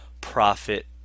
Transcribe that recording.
profit